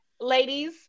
Ladies